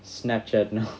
Snapchat now